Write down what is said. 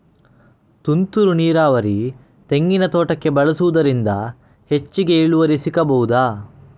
ತುಂತುರು ನೀರಾವರಿ ತೆಂಗಿನ ತೋಟಕ್ಕೆ ಬಳಸುವುದರಿಂದ ಹೆಚ್ಚಿಗೆ ಇಳುವರಿ ಸಿಕ್ಕಬಹುದ?